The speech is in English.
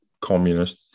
communist